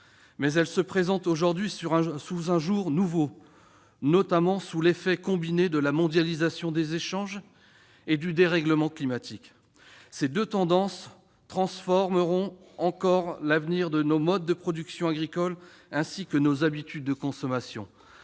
mais elle se présente aujourd'hui sous un jour inédit, notamment en raison de l'effet combiné de la mondialisation des échanges et du dérèglement climatique. Ces deux tendances transformeront encore à l'avenir nos modes de production agricole, ainsi que nos habitudes de consommation.